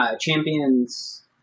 champions